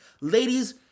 Ladies